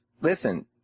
listen